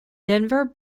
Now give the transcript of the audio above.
denver